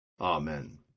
Amen